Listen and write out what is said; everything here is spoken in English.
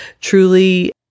truly